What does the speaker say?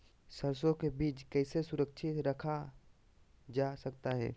सरसो के बीज कैसे सुरक्षित रखा जा सकता है?